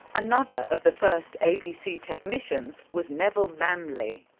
another of the first abc technicians was neville lambley.